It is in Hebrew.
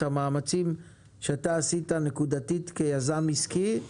את המאמצים שאתה עשית נקודתית כיזם עסקי,